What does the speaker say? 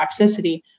toxicity